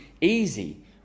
easy